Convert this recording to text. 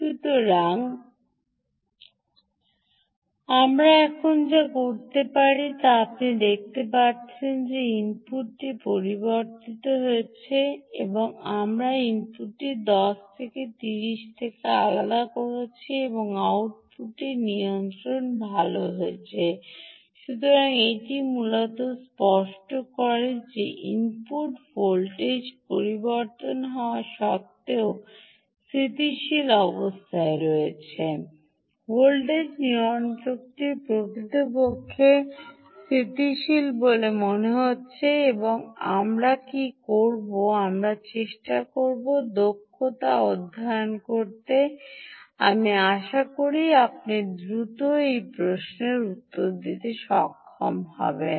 সুতরাং আমরা এখন যা করতে পারি তা আপনি দেখতে পাচ্ছেন যে ইনপুটটি পরিবর্তিত হয়েছে আমরা ইনপুটটি 10 থেকে 30 থেকে আলাদা করেছি এবং আউটপুটটি নিয়ন্ত্রনে ভাল হয় the সুতরাং এটি মূলত স্পষ্ট করে যে ইনপুট ভোল্টেজ সিস্টেমে পরিবর্তন হওয়া সত্ত্বেও স্থিতিশীল অবস্থায় রয়েছে ভোল্টেজ নিয়ন্ত্রকটি প্রকৃতপক্ষে রয়েছে উল্লেখ করুন 62২২০ স্থিতিশীল বলে মনে হচ্ছে এখন আমরা কী করব আমরা চেষ্টা করব দক্ষতা অধ্যয়ন করতে আমি আশা করি আপনি দ্রুত এই প্রশ্নের উত্তর দিতে সক্ষম হবেন